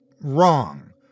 wrong